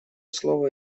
слово